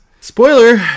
spoiler